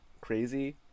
crazy